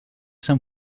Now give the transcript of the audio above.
sant